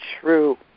true